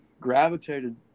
gravitated